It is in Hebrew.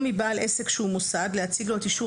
או מבעל עסק שהוא מוסד להציג לו את אישור